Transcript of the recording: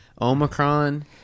Omicron